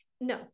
No